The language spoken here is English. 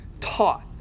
taught